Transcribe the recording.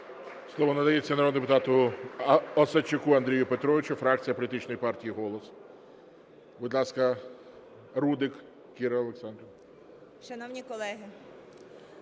Слово надається народному депутату Осадчуку Андрію Петровичу, фракція політичної партії "Голос". Будь ласка, Рудик Кіра Олександрівна. 12:44:59